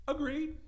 Agreed